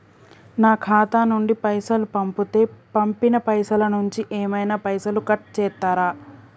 నా ఖాతా నుండి పైసలు పంపుతే పంపిన పైసల నుంచి ఏమైనా పైసలు కట్ చేత్తరా?